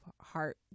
heart